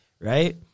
Right